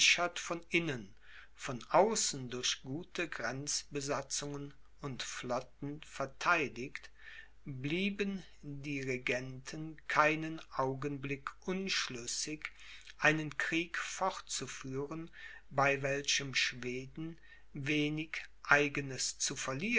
von innen von außen durch gute grenzbesatzungen und flotten vertheidigt blieben die regenten keinen augenblick unschlüssig einen krieg fortzuführen bei welchem schweden wenig eigenes